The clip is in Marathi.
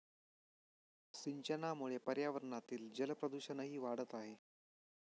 सिंचनामुळे पर्यावरणातील जलप्रदूषणही वाढत आहे